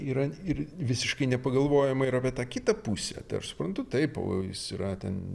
yra ir visiškai nepagalvojama ir apie tą kitą pusę aš suprantu taip pavojus yra ten